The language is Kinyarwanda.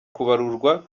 kubarurwa